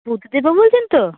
বুদ্ধদেব বাবু বলছেন তো